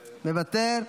מוותר.